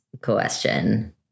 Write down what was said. question